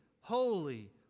holy